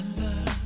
love